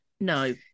No